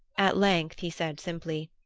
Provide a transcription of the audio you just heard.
at length he said simply,